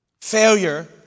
Failure